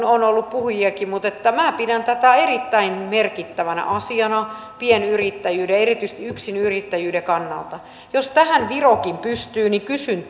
on ollut puhujiakin mutta minä pidän tätä erittäin merkittävänä asiana pienyrittäjyyden erityisesti yksinyrittäjyyden kannalta jos tähän virokin pystyy niin kysyn